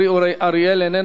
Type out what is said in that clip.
חבר הכנסת אורי אריאל, איננו.